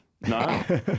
No